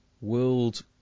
World